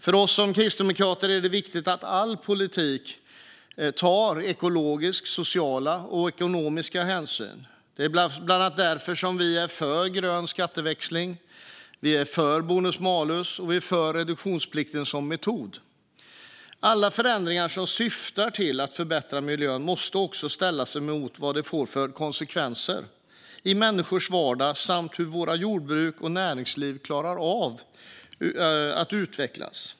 För oss kristdemokrater är det viktigt att all politik tar ekologiska, sociala och ekonomiska hänsyn. Det är bland annat därför som vi är för en grön skatteväxling, för bonus malus och för reduktionsplikt som metod. Alla förändringar som syftar till att förbättra miljön måste också ställas emot vad de får för konsekvenser i människors vardag och för hur vårt jordbruk och näringsliv klarar av att utvecklas.